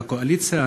הקואליציה,